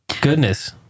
Goodness